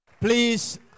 Please